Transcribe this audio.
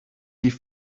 die